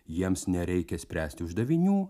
jiems nereikia spręsti uždavinių